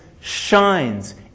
shines